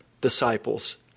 disciples